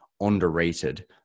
underrated